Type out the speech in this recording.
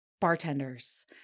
bartenders